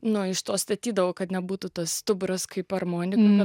nuo to statydavau kad nebūtų tas stuburas kaip armonika